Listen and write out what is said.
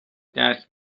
درک